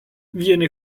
viene